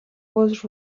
was